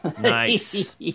Nice